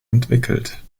entwickelt